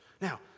Now